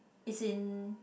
it's in